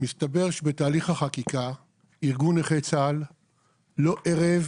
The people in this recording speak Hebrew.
מסתבר שבתהליך החקיקה ארגון נכי צה"ל לא עירב,